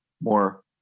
more